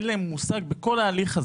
אין להם מושג בהליך.